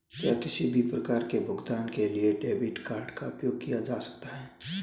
क्या किसी भी प्रकार के भुगतान के लिए क्रेडिट कार्ड का उपयोग किया जा सकता है?